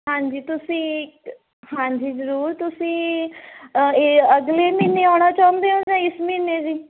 ਹਾਂਜੀ ਤੁਸੀਂ ਹਾਂਜੀ ਜ਼ਰੂਰ ਤੁਸੀਂ ਅਗਲੇ ਮਹੀਨੇ ਆਉਣਾ ਚਾਹੁੰਦੇ ਹੋ ਜਾ ਇਸ ਮਹੀਨੇ ਜੀ